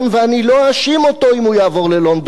ואני לא אאשים אותו אם הוא יעבור ללונדון.